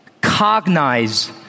cognize